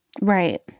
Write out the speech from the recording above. Right